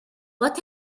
what